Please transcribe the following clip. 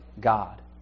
God